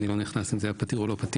אני לא נכנס לשאלה אם היה פתיר או לא פתיר.